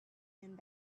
and